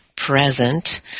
present